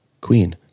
Queen